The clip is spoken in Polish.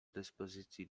dyspozycji